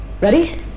Ready